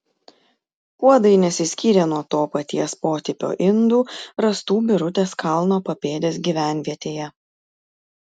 puodai nesiskyrė nuo to paties potipio indų rastų birutės kalno papėdės gyvenvietėje